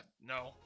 No